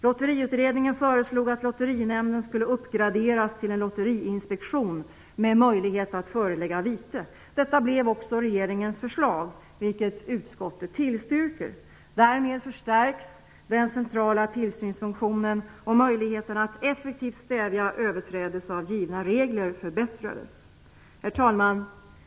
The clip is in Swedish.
Lotteriutredningen föreslog att Detta blev också regeringens förslag, vilket utskottet tillstyrker. Därmed förstärks den centrala tillsynsfunktionen, och möjligheten att effektivt stävja överträdelse av givna regler förbättras. Herr talman!